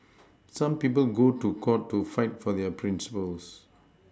some people go to court to fight for their Principles